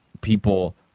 people